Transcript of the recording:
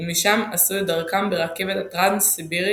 ומשם עשו את דרכם ברכבת הטרנס-סיבירית,